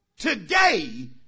today